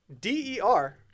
D-E-R